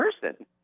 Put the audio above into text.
person